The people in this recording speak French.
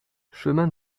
chemin